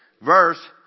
verse